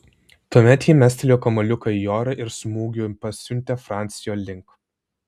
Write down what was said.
tuomet ji mestelėjo kamuoliuką į orą ir smūgiu pasiuntė francio link